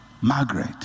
Margaret